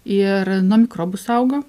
ir nuo mikrobų saugo